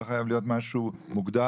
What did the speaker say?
לא חייב להיות משהו מוגדר.